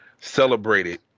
celebrated